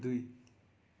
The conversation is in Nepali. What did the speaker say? दुई